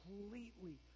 completely